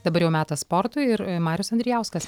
dabar jau metas sportui ir marius andrijauskas